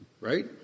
Right